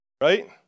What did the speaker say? Right